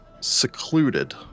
secluded